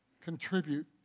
contribute